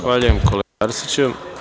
Zahvaljujem, kolega Arsiću.